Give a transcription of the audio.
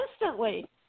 instantly